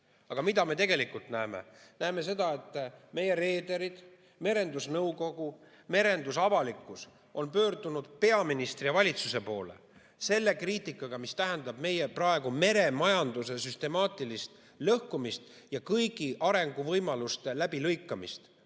Aga mida me tegelikult näeme? Näeme seda, et meie reederid, merendusnõukogu, merendusavalikkus on pöördunud peaministri ja valitsuse poole kriitikaga selle kohta, mis tähendab praegu meie meremajanduse süstemaatilist lõhkumist ja kõigi arenguvõimaluste läbilõikamist.